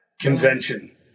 convention